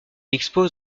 expose